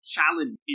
challenge